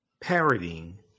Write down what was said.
parroting